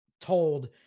told